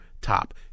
top